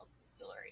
distillery